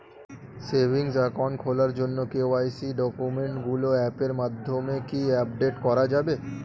Savings account খোলার জন্য KYC ডকুমেন্টগুলো অ্যাপের মাধ্যমে কি আপডেট করা যাবে?